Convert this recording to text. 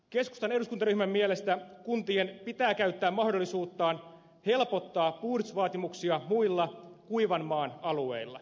keskustan eduskuntaryhmän mielestä kuntien pitää käyttää mahdollisuuttaan helpottaa puhdistusvaatimuksia muilla kuivanmaan alueilla